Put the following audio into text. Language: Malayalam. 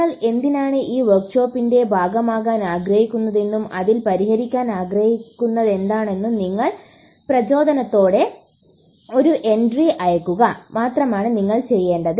നിങ്ങൾ എന്തിനാണ് ഈ വർക്ക്ഷോപ്പിന്റെ ഭാഗമാകാൻ ആഗ്രഹിക്കുന്നതെന്നും അതിൽ പരിഹരിക്കാൻ ആഗ്രഹിക്കുന്നതെന്താണെന്നും നിങ്ങളുടെ പ്രചോദനത്തോടെ ഒരു എൻട്രി അയയ്ക്കുക മാത്രമാണ് നിങ്ങൾ ചെയ്യേണ്ടത്